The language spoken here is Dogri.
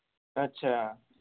अच्छा